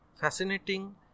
fascinating